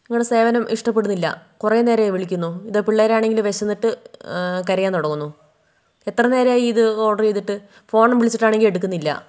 നിങ്ങളുടെ സേവനം ഇഷ്ടപ്പെടുന്നില്ല കുറെ നേരമായി വിളിക്കുന്നു ഇവിടെ പിള്ളേരാണെങ്കില് വിശന്നിട്ട് കരയാൻ തുടങ്ങുന്നു എത്ര നേരായി ഇത് ഓഡർ ചെയ്തിട്ട് ഫോൺ വിളിച്ചാണെങ്കിൽ എടുക്കുന്നില്ല